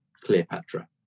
Cleopatra